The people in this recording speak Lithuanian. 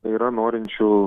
yra norinčių